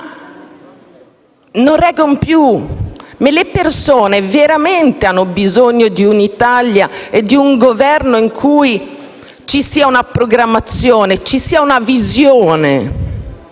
che non reggono più. Le persone veramente hanno bisogno di un Governo in cui ci sia una programmazione e ci sia una visione